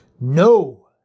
No